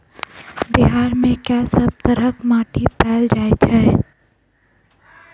बिहार मे कऽ सब तरहक माटि पैल जाय छै?